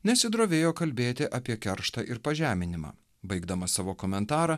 nesidrovėjo kalbėti apie kerštą ir pažeminimą baigdamas savo komentarą